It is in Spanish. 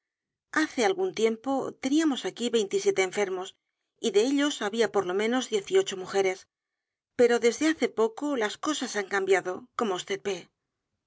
hace algún tiempo teníamos aquí veinte y siete enfermos y de ellos había por lo menos diez y ocho mujeres pero desde hace poco las cosas han cambiado como